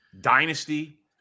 dynasty